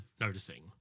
noticing